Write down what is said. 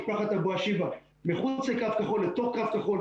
משפחת אבו עשיבה מחוץ לקו הכחול לתוך קו כחול.